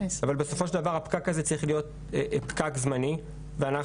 אבל בסופו של דבר הפקק הזה צריך להיות פקק זמני ואנחנו,